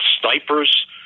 snipers